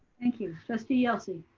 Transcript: thank you, trustee yelsey.